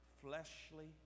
fleshly